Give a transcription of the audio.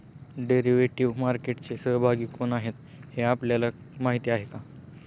Derivative मार्केटचे सहभागी कोण आहेत हे आपल्याला माहित आहे का?